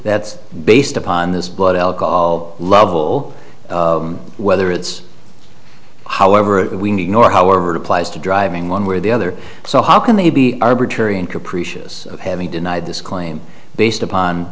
that's based upon this blood alcohol level whether it's however we need nor however it applies to driving one way or the other so how can they be arbitrary and capricious having denied this claim based